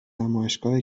نمایشگاه